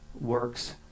works